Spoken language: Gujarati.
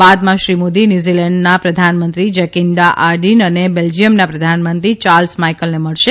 બાદમાં શ્રી મોદી ન્યૂઝીલેન્ડના પ્રધાનમંત્રી જેકીન્ડા આર્ડીન ૈ ને બેલ્જીયમના પ્રધાનમંત્રી યાર્લ્સ માઇકલને મળશે